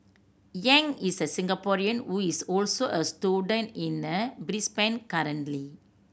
Yang is a Singaporean who is also a student in a Brisbane currently